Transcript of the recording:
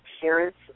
parents